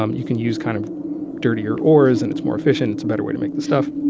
um you can use kind of dirtier ores and it's more efficient. it's a better way to make the stuff.